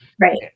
Right